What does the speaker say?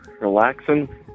relaxing